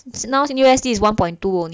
now U_S_D is one point two only